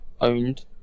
owned